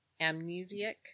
amnesiac